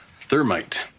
Thermite